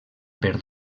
per